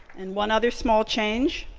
and one other small change,